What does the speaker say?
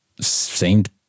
seemed